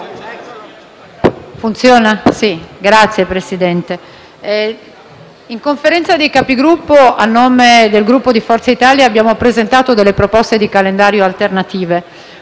Signor Presidente, in Conferenza dei Capigruppo, a nome del Gruppo Forza Italia, abbiamo presentato proposte di calendario alternative.